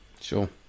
Sure